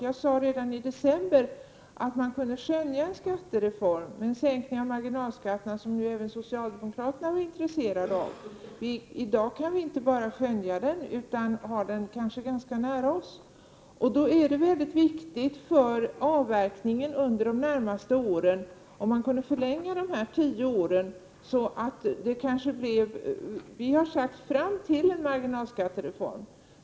Jag sade redan i december att man kunde skönja en skattereform med en sänkning av marginalskatterna, som ju även socialdemokraterna var intresserade av. I dag kan vi inte bara skönja den utan har den kanske ganska nära oss. Då är det mycket viktigt för skogsavverkningen under de närmaste åren att, som vi har föreslagit, förlänga de här tio åren fram till en marginalskattereform.